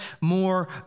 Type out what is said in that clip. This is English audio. more